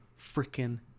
freaking